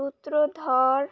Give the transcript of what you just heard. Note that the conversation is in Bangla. সূত্রধর